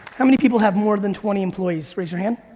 how many people have more than twenty employees? raise your hand.